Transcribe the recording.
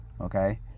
okay